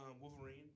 Wolverine